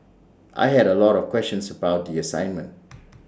I had A lot of questions about the assignment